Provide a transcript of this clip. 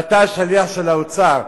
ואתה השליח של האוצר,